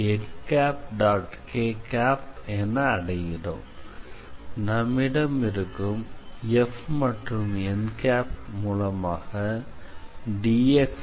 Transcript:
என அடைகிறோம் நம்மிடம் இருக்கும் F மற்றும் n மூலமாக dxdy|n